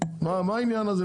מה העניין הזה?